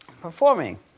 performing